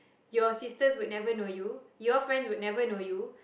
your sisters would never know you your friends would never know you